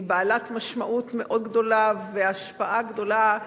היא בעלת משמעות מאוד גדולה והשפעה גדולה.